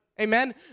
Amen